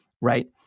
right